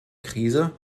krise